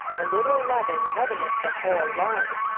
a little leaven leaveneth the whole lump.